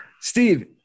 Steve